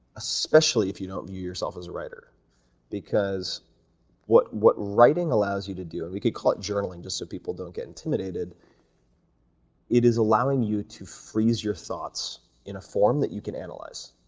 especially if you don't view yourself as a writer because what what writing allows you to do and we call it journaling just so people don't get intimidated it is allowing you to freeze your thoughts in a form that you can analyze.